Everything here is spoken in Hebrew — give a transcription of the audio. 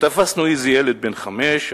ותפסנו איזה ילד בן חמש,